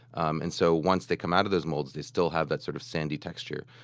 um and so once they come out of those molds, they still have that sort of sandy texture.